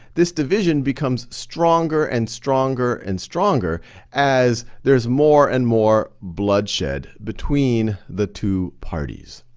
this division becomes stronger and stronger and stronger as there's more and more bloodshed between the two parties.